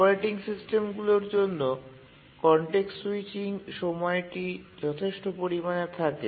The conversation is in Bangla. অপারেটিং সিস্টেমগুলির জন্য কনটেক্সট স্যুইচিং সময়টি যথেষ্ট পরিমাণে থাকে